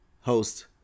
host